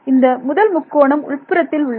இந்த முதல் முக்கோணம் உள்புறத்தில் உள்ளது